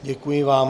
Děkuji vám.